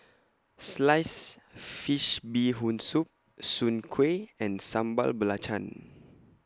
Sliced Fish Bee Boon Soup Soon Kway and Sambal Belacan